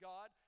God